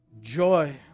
joy